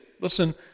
Listen